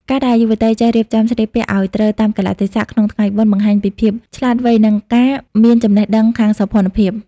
ការដែលយុវតីចេះ "រៀបចំស្លៀកពាក់ឱ្យត្រូវតាមកាលៈទេសៈ" ក្នុងថ្ងៃបុណ្យ បង្ហាញពីភាពឆ្លាតវៃ និងការមានចំណេះដឹងខាងសោភ័ណភាព។